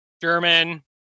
German